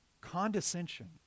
condescension